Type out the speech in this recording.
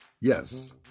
Yes